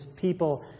people